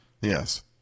Yes